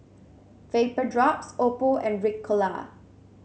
Vapodrops Oppo and Ricola